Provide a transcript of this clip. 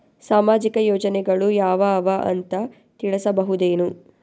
ಸಾಮಾಜಿಕ ಯೋಜನೆಗಳು ಯಾವ ಅವ ಅಂತ ತಿಳಸಬಹುದೇನು?